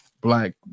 Black